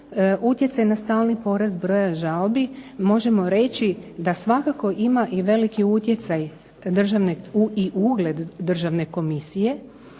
utjecaj na stalni porast broja žalbi možemo reći da svakako ima i veliki utjecaj i ugled Državne komisije,